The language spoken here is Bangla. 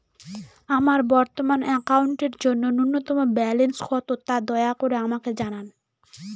আমার বর্তমান অ্যাকাউন্টের জন্য ন্যূনতম ব্যালেন্স কত, তা দয়া করে আমাকে জানান